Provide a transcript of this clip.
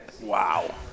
Wow